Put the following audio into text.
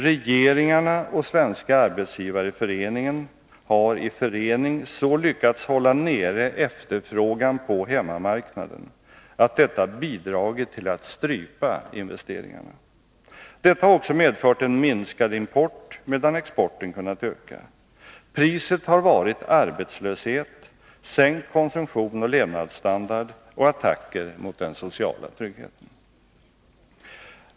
Regeringarna och Svenska arbetsgivareföreningen har i förening så lyckats hålla nere efterfrågan på hemmamarknaden att detta bidragit till att strypa investeringarna. Detta har också medfört en minskad import, medan exporten kunnat öka. Priset har varit arbetslöshet, sänkt konsumtion och levnadsstandard och attacker mot den sociala tryggheten.